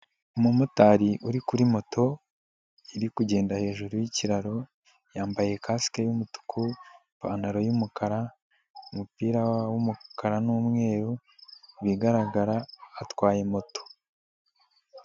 Umumotari uri kuri moto, iri kugenda hejuru y'ikiraro, yambaye kasike y'umutuku, ipantaro y'umukara n'umupira w'umukara n'umweru, ibigaragara atwaye moto.